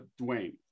Dwayne